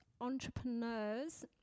entrepreneurs